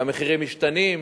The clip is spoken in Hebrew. והמחירים משתנים.